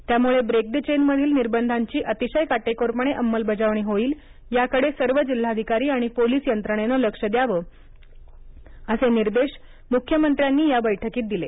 त्यामुळे break the chain मधील निर्बंधांची अतिशय काटेकोरपणे अमलबजावणी होईल याकडे सर्व जिल्हाधिकारी आणि पोलीस यंत्रणेनं लक्ष द्यावं असे निर्देश मुख्यमंत्र्यांनी या बैठकीत दिले